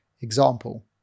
example